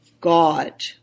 God